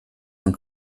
und